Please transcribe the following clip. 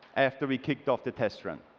after we kicked off the test run.